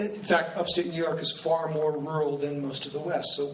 in fact, upstate new york is far more rural than most of the west.